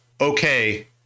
okay